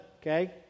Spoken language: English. Okay